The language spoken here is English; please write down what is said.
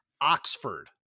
Oxford